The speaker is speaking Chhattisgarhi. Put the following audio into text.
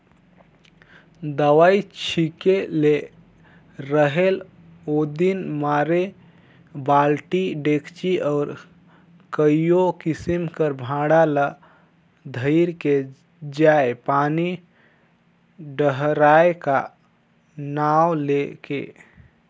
दवई छिंचे ले रहेल ओदिन मारे बालटी, डेचकी अउ कइयो किसिम कर भांड़ा ल धइर के जाएं पानी डहराए का नांव ले के